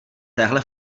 téhle